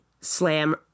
slam